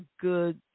good